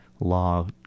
law